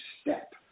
step